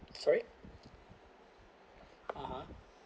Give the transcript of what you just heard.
sorry (uh huh)